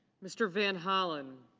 mr. van hollen.